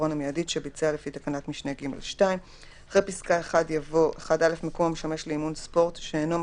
כשכותבים שלא תתאפשר כניסה ובעצם מתאפשרת כניסה,